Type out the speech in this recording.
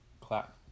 clap